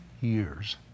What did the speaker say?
years